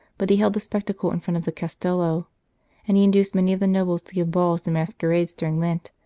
but he held the spectacle in front of the castello and he induced many of the nobles to give balls and masquerades during lent,